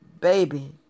baby